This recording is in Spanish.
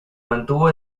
mantuvo